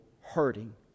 hurting